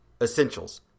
Essentials